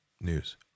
News